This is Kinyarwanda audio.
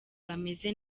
bameze